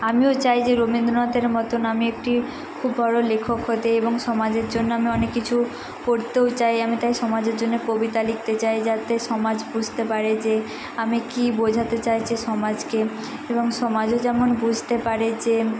আমিও চাই যে রবীন্দ্রনাথের মতো আমি একটি খুব বড়ো লেখক হতে এবং সমাজের জন্য আমি অনেক কিছু করতেও চাই আমি তাই সমাজের জন্য কবিতা লিখতে চাই যাতে সমাজ বুঝতে পারে যে আমি কী বোঝাতে চাইছি সমাজকে এবং সমাজও যেমন বুঝতে পারে যে